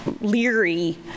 leery